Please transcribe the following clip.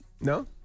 No